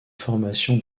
formation